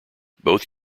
both